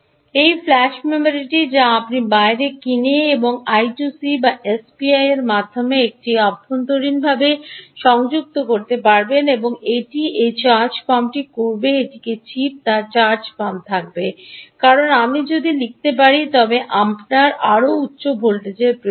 এই ফ্ল্যাশ মেমরিটি যা আপনি বাইরে কিনে এবংI 2 c বা এসপিআই এর মাধ্যমে এটি অভ্যন্তরীণভাবে সংযুক্ত করতে পারবেন এটি এই চার্জ পাম্পটি করবে এটির চিপটিতে তার চার্জ পাম্প থাকবে কারণ আমি যদি লিখতে পারি তবে আপনার আরও উচ্চ ভোল্টেজের প্রয়োজন